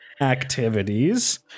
activities